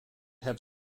have